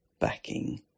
backing